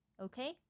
okay